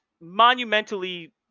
monumentally